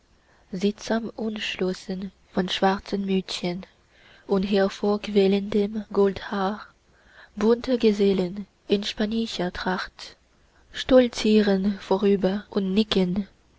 sittsam umschlossen von schwarzen mützchen und hervorquellendem goldhaar bunte gesellen in spanischer tracht stolzieren vorüber und nicken